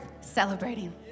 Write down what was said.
celebrating